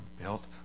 built